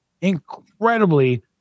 incredibly